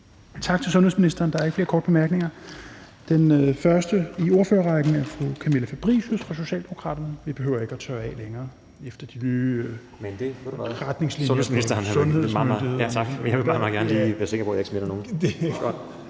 Tak til sundhedsministeren. Der er ikke flere korte bemærkninger. Den første i ordførerrækken er fru Camilla Fabricius fra Socialdemokraterne. Vi behøver ikke længere tørre af efter de nye retningslinjer fra sundhedsmyndighederne. (Sundhedsministeren (Magnus Heunicke): Tak, men jeg vil meget gerne lige være sikker på, at jeg ikke smitter nogen).